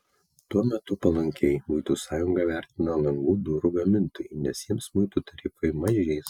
tuo metu palankiai muitų sąjungą vertina langų durų gamintojai nes jiems muitų tarifai mažės